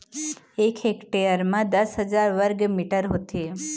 एक हेक्टेयर म दस हजार वर्ग मीटर होथे